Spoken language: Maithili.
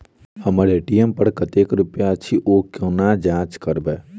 हम्मर ए.टी.एम पर कतेक रुपया अछि, ओ कोना जाँच करबै?